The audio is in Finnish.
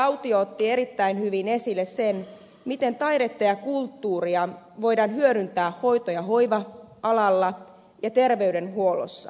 autio otti erittäin hyvin esille sen miten taidetta ja kulttuuria voidaan hyödyntää hoito ja hoiva alalla ja terveydenhuollossa